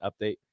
update